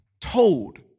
told